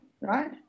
right